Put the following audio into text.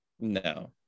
No